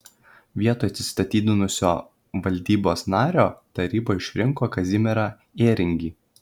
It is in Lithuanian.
vietoj atsistatydinusio valdybos nario taryba išrinko kazimierą ėringį